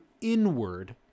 inward